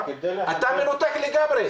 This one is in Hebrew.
ואני מנותק לגמרי.